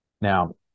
Now